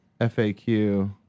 FAQ